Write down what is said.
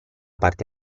parte